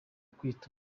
kwituma